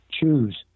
Choose